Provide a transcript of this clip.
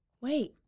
wait